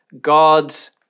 God's